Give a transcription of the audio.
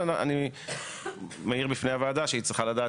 אבל אני מעיר בפני הוועדה שהיא צריכה לדעת